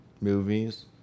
movies